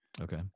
okay